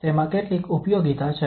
તેમાં કેટલીક ઉપયોગિતા છે